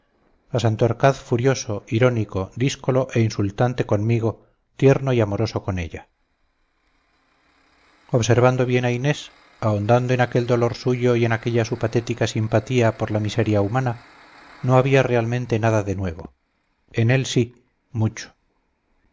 santorcaz furioso irónico díscolo e insultante conmigo tierno y amoroso con ella observando bien a inés ahondando en aquel dolor suyo y en aquella su patética simpatía por la miseria humana no había realmente nada de nuevo en él sí mucho